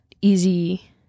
easy